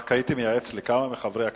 רק הייתי מייעץ לכמה מחברי הכנסת: